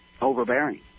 overbearing